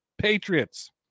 Patriots